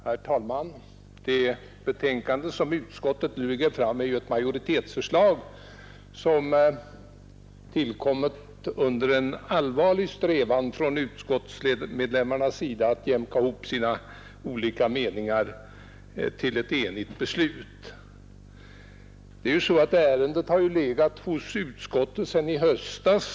Herr talman! Det betänkande som utskottet nu lagt fram innehåller ett majoritetsförslag, som tillkommit under en allvarlig strävan inom utskottet att jämka ihop de olika meningarna till ett enigt beslut. Ärendet har ju legat hos utskottet sedan i höstas.